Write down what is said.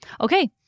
Okay